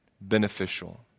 beneficial